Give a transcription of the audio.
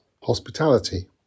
hospitality